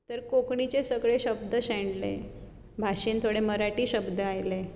तर कोंकणीचे सगळे शब्द शेणले भाशेंत थोडे मराठी शब्द आयले